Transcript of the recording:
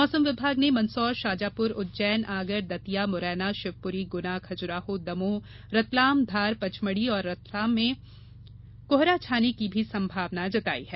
मौसम विभाग ने मंदसौर शाजापुर उज्जैन आगर दतिया मुरैना शिवपुरी गुना खजुराहो दमोह रतलाम धार पचमढ़ी और रतलाम में कोहरा छाने की भी संभावना जताई है